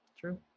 True